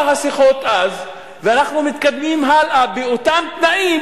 השיחות אז ואנחנו מתקדמים הלאה באותם תנאים,